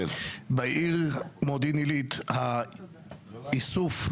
בעיר מודיעין עלית האיסוף,